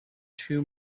two